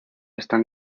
están